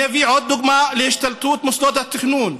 אני אביא עוד דוגמה להשתלטות מוסדות התכנון: